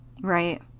Right